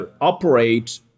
operate